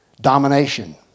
domination